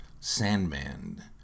Sandman